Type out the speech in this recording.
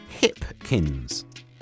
Hipkins